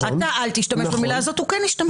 אתה אל תשתמש במילה הזאת, והוא כן ישתמש.